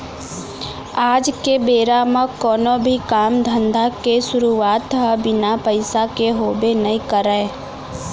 आज के बेरा म कोनो भी काम धंधा के सुरूवात ह बिना पइसा के होबे नइ करय